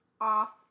Off